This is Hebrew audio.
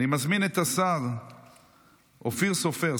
אני מזמין את השר אופיר סופר,